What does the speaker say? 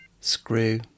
Screw